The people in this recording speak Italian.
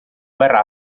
verrà